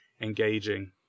engaging